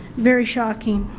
very shocking.